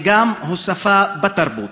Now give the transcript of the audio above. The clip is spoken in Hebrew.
וגם הוסיפה בתרבות,